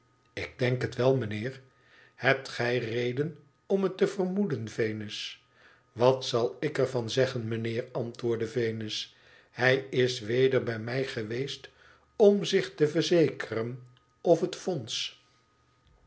ik denk het wel mijnheer hebt gij reden om het te vermoeden venus wat zal ik er van zeggen mijnheer antwoordde venus t hij is weder bij mij geweest om zich te verzekeren of het fonds